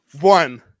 one